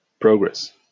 Progress